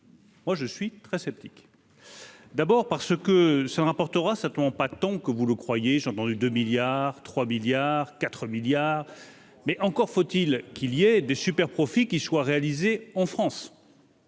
Moi, je suis très sceptique. D'abord parce que cela rapportera ça ne pas tant que vous le croyez, j'ai entendu de milliards trois milliards 4 milliards mais encore faut-il qu'il y ait des super profits qui soit réalisés en France.